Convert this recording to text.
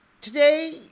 Today